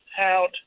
out